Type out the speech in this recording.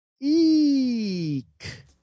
Eek